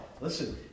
Listen